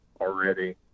already